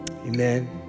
Amen